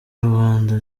rubanda